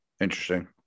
Interesting